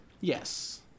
Yes